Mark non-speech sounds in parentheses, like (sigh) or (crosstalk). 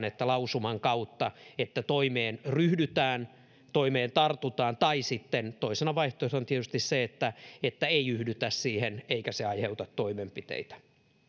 (unintelligible) että todetaan lausuman kautta että toimeen ryhdytään toimeen tartutaan tai sitten toisena vaihtoehtona on tietysti se että että ei yhdytä siihen eikä se aiheuta toimenpiteitä